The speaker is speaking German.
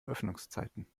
öffnungszeiten